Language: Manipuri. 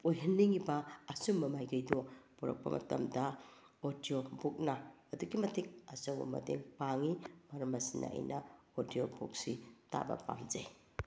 ꯑꯣꯏꯍꯟꯅꯤꯡꯏꯕ ꯑꯆꯨꯝꯕ ꯃꯥꯏꯀꯩꯗꯣ ꯄꯣꯔꯛꯄ ꯃꯇꯝꯗ ꯑꯣꯗꯤꯌꯣ ꯕꯨꯛꯅ ꯑꯗꯨꯛꯀꯤ ꯃꯇꯤꯛ ꯑꯆꯧꯕ ꯃꯇꯦꯡ ꯄꯥꯡꯏ ꯃꯔꯝ ꯑꯁꯤꯅ ꯑꯩꯅ ꯑꯣꯗꯤꯌꯣ ꯕꯨꯛꯁꯤ ꯇꯥꯕ ꯄꯥꯝꯖꯩ